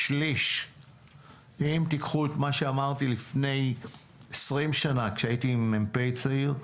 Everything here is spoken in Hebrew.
1/3. אם תיקחו את מה שאמרתי לפני עשרים שנה כשהייתי מ"פ צעיר,